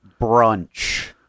Brunch